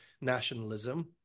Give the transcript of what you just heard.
nationalism